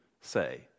say